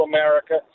America